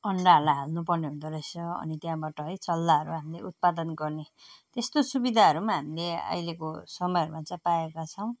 अन्डाहरूलाई हाल्नु पर्ने हुँदो रहेछ अनि त्यहाँबाट है चल्लाहरू हामीले उत्पादन गर्ने त्यस्तो सुविधाहरू हामीले अहिलेको समयमा चाहिँ पाएका छौँ